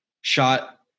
shot